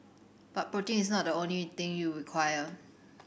but protein is not the only thing you require